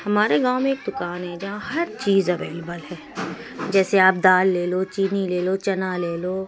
ہمارے گاؤں میں ایک دکان ہے جہاں ہر چیز اویلیبل ہے جیسے آپ دال لے لو چینی لے لو چنا لے لو